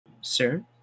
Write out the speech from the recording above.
Sir